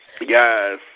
Yes